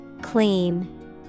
Clean